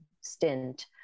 stint